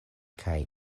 kaj